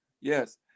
Yes